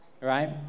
right